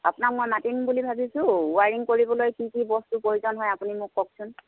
আপোনাক মই মাতিম বুলি ভাবিছো ৱাইৰিং কৰিবলৈ কি কি বস্তুৰ প্ৰয়োজন হয় আপুনি মোক কওকচোন